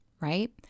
Right